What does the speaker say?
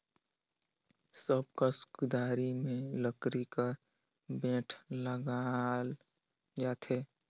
सब कस कुदारी मे लकरी कर बेठ लगाल जाथे